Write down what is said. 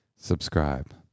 Subscribe